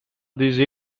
these